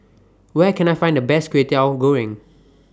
Where Can I Find The Best Kway Teow Goreng